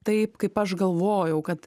taip kaip aš galvojau kad